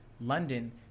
London